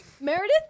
Meredith